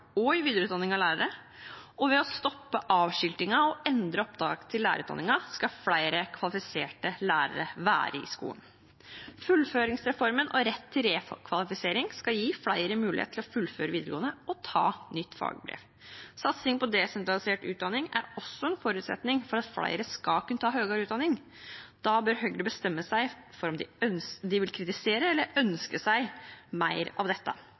og i videreutdanning av lærere, og ved å stoppe avskiltingen og endre opptaket til lærerutdanningen skal flere kvalifiserte lærere være i skolen. Fullføringsreformen og retten til rekvalifisering skal gi flere mulighet til å fullføre videregående og ta nytt fagbrev. Satsing på desentralisert utdanning er også en forutsetning for at flere skal kunne ta høyere utdanning. Da bør Høyre bestemme seg for om de vil kritisere eller ønsker seg mer av dette.